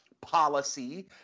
policy